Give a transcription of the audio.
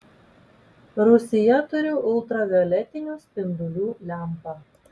rūsyje turiu ultravioletinių spindulių lempą